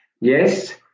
Yes